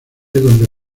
donde